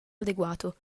adeguato